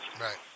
Right